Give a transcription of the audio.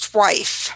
wife